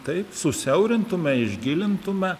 taip susiaurintume išgilintume